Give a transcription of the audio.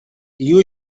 you